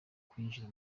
kwinjira